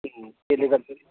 त्यसले गर्दाखेरि